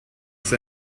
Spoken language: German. ist